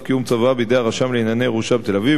קיום צוואה בידי הרשם לענייני ירושה בתל-אביב,